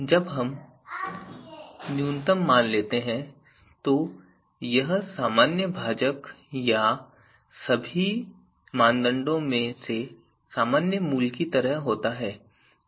जब हम न्यूनतम मान लेते हैं तो यह सामान्य भाजक या सभी मानदंडों में से सामान्य मूल्य की तरह होता है